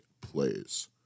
plays